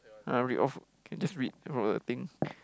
ah read off can just read from the thing